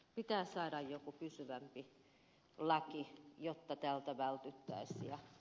pitää saada joku pysyvämpi laki jotta tältä vältyttäisiin